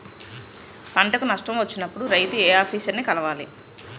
పంటకు నష్టం వచ్చినప్పుడు రైతు ఏ ఆఫీసర్ ని కలవాలి?